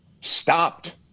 stopped